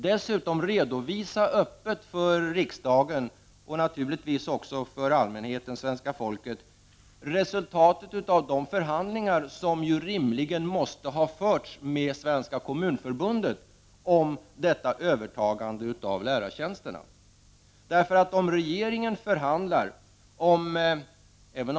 Dessutom säger vi i centern: Redovisa öppet resultatet av de förhandlingar som rimligen måste ha förts med Svenska kommunförbundet om detta övertagande av lärartjänsterna för riksdagen, och naturligtvis även för allmänheten, för svenska folket.